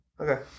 Okay